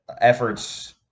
efforts